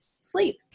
sleep